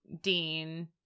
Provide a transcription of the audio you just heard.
Dean